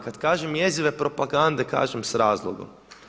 Kad kažem jezive propagande kažem s razlogom.